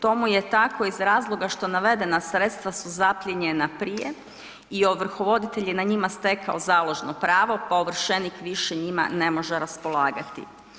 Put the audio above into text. Tomu je tako iz razloga što navedena sredstva su zaplijenjena prije i ovrhovoditelj je na njima stekao založno pravo pa ovršenik više njima ne može raspolagati.